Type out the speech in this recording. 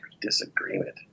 disagreement